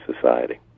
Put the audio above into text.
society